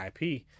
ip